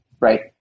right